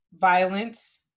violence